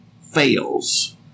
fails